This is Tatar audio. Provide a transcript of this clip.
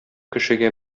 кешегә